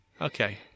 Okay